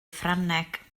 ffrangeg